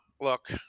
look